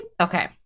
okay